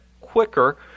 quicker